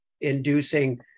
inducing